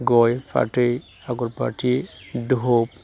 गय फाथै आगरबाथि धुप